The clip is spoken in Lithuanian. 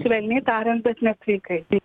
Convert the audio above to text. švelniai tariant nesveikai